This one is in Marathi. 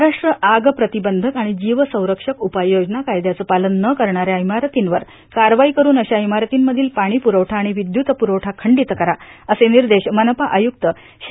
महाराष्ट्र आग प्रतिबंधक आणि जीव संरक्षक उपाययोजना कायद्याचं पालन न करणाऱ्या इमारतींवर कारवाई करून अशा इमारतींमधील पाणीपुरवठा आणि विद्युत प्रवठा खंडित करा असे निर्देश मनपा आयुक्त श्री